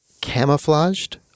camouflaged